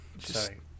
sorry